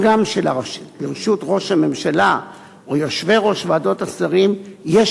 מה גם שלרשות ראש הממשלה או יושבי-ראש ועדות השרים יש